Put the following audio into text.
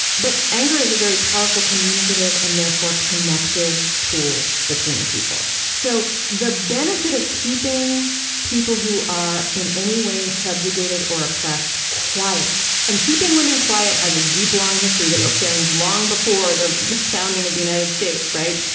but anger is a very powerful communicative, and therefore, connective tool between people. so the benefit of keeping people who are in any way subjugated or oppressed quiet and keeping women quiet has a deep, long history that extends long before the the founding of the united states, right?